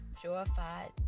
purified